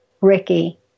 Ricky